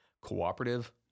cooperative